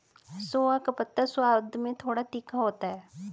सोआ का पत्ता स्वाद में थोड़ा तीखा होता है